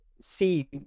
see